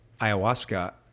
ayahuasca